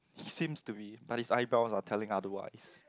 he seems to be but his eyebrows are telling otherwise